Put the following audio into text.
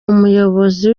umuyobozi